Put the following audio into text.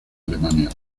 alemania